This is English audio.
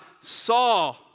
saw